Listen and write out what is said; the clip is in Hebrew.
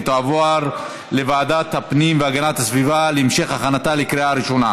ותועבר לוועדת הפנים והגנת הסביבה להמשך הכנתה לקריאה ראשונה.